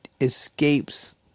escapes